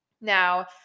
Now